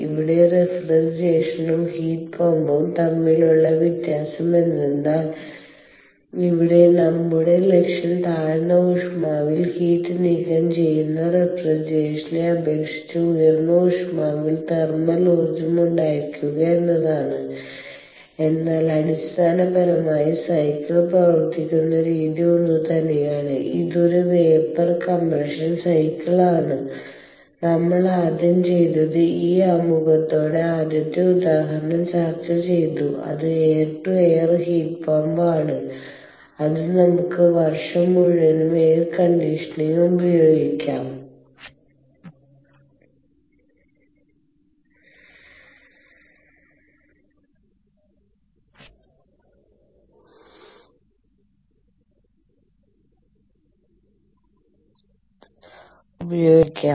ഇവിടെ റഫ്രിജറേഷനും ഹീറ്റ് പമ്പും തമ്മിലുള്ള വ്യത്യസം എന്തെന്നാൽ ഇവിടെ നമ്മളുടെ ലക്ഷ്യം താഴ്ന്ന ഊഷ്മാവിൽ ഹീറ്റ് നീക്കം ചെയുന്ന റഫ്രിജറേഷനെ അപേക്ഷിച്ചു ഉയർന്ന ഊഷ്മാവിൽ തെർമൽ ഊർജ്ജം ഉണ്ടായിരിക്കുക എന്നതാണ് എന്നാൽ അടിസ്ഥാനപരമായി സൈക്കിൾ പ്രവർത്തിക്കുന്ന രീതി ഒന്നുതന്നെയാണ് ഇത് ഒരു വേപ്പർ കംപ്രഷൻ സൈക്കിളാണ് നമ്മൾ ആദ്യം ചെയ്തത് ഈ ആമുഖത്തോടെ ആദ്യത്തെ ഉദാഹരണം ചർച്ച ചെയ്തു അത് air to air heat pump ആണ് അത് നമ്മുക്ക് വർഷം മുഴുവനും എയർ കണ്ടിഷനിങ്ന് ഉപയോഗിക്കാം